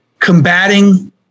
combating